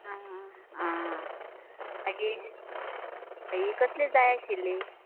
हां मागीर जायी कसली जाय आशिल्ली